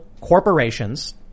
corporations